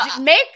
make